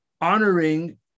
honoring